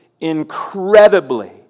incredibly